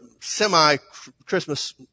semi-Christmas